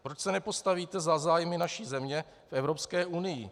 Proč se nepostavíte za zájmy naší země v Evropské unii?